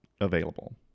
available